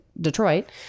Detroit